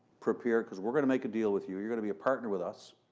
prepare because we're going to make a deal with you. you're going to be a partner with us.